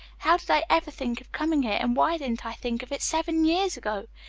how did i ever think of coming here, and why didn't i think of it seven years ago?